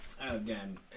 Again